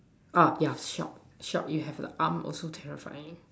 ah yeah short short you have a arm also terrifying